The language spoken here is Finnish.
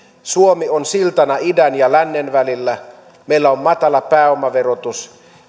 suomi on siltana idän ja lännen välillä meillä on matala pääomaverotus